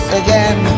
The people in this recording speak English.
again